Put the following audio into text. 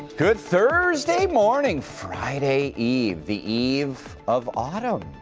good thursday morning! friday eve, the eve of autumn,